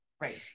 Right